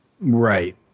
Right